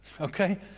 Okay